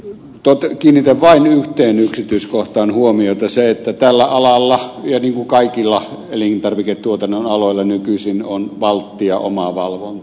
aivan lyhyesti kiinnitän vain yhteen yksityiskohtaan huomiota siihen että tällä alalla niin kuin kaikilla elintarviketuotannon aloilla nykyisin on valttia omavalvonta